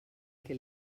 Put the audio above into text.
que